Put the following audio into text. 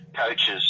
coaches